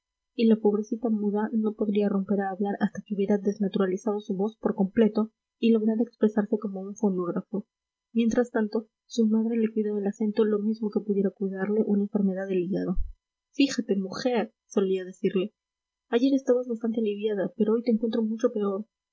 y la pobrecita muda no podría romper a hablar hasta que hubiera desnaturalizado su voz por completo y lograra expresarse como un fonógrafo mientras tanto su madre le cuidaba el acento lo mismo que pudiera cuidarle una enfermedad del hígado fíjate mujer solía decirle ayer estabas bastante aliviada pero hoy te encuentro mucho peor